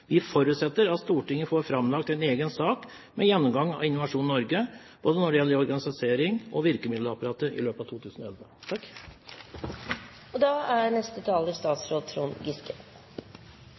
Vi forutsetter at Stortinget i løpet av 2011 får seg forelagt en egen sak med gjennomgang av Innovasjon Norge når det gjelder både organisering og virkemiddelapparat. Selve saken er vel grei. Regjeringen foreslår i